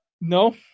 no